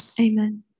Amen